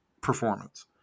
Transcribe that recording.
performance